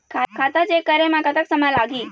खाता चेक करे म कतक समय लगही?